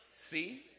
see